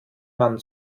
mann